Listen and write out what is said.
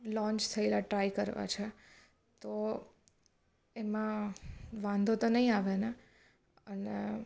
launch થયેલા try કરવા છે તો એમાં વાંધો તો નહીં આવે ને અને